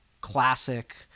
classic